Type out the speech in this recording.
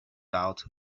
doubt